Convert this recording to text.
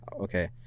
okay